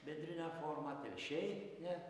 bendrinę formę telšiai ne